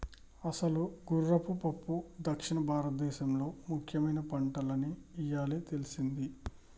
అసలు గుర్రపు పప్పు దక్షిణ భారతదేసంలో ముఖ్యమైన పంటని ఇయ్యాలే తెల్సింది